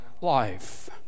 life